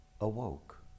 awoke